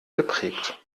geprägt